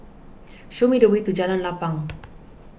show me the way to Jalan Lapang